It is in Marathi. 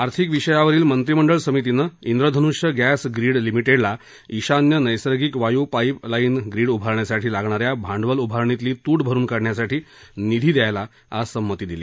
आर्थिक विषयावरील मंत्रीमंडळ समितीनं विधनुष्य गॅस ग्रीड लिमिटेडला ईशान्य नैसर्गिक वायु पाईप लाईन ग्रीड उभारण्यासाठी लागणा या भांडवल उभारणीतली तूट भरून काढण्यासाठी निधी द्यायला आज संमती दिली